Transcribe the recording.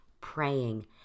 praying